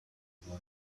boy